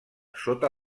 sota